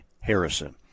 Harrison